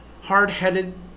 hard-headed